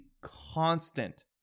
constant